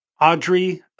Audrey